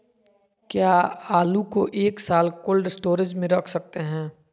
क्या आलू को एक साल कोल्ड स्टोरेज में रख सकते हैं?